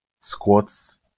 squats